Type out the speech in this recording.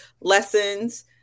lessons